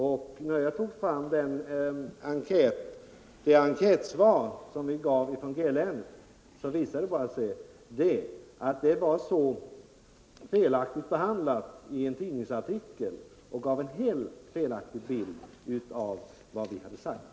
Jag har här visat att det enkätsvar som vi gav från G-län behandlats på ett sådant sätt i en tidningsartikel att man fick en helt felaktig bild av vad vi sagt.